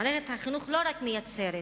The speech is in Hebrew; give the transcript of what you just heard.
מערכת החינוך לא רק מייצרת